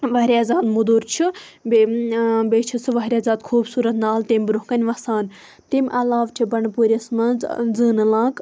واریاہ زیادٕ مۄدُر چھُ بیٚیہِ بیٚیہِ چھُ سُہ واریاہ زیادٕ خوٗبصوٗرت نالہ تمہِ برونٛہہ کَنہِ وَسان تمہِ عَلاو چھ بَنڈپورِس مَنٛز زٲنہٕ لانٛک